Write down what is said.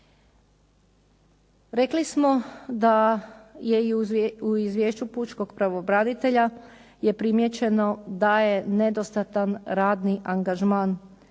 Rekli smo da je i u izvješću pučkog pravobranitelja je primijećeno da je nedostatan radni angažman